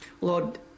Lord